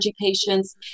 patients